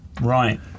right